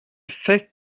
fait